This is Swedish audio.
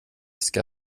ska